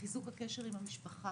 לחיזוק הקשר עם המשפחה,